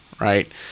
right